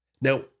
Now